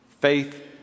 Faith